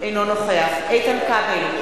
אינו נוכח איתן כבל,